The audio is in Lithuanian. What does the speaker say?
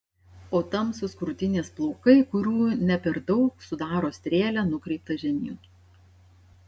o tamsūs krūtinės plaukai kurių ne per daug sudaro strėlę nukreiptą žemyn